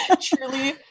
truly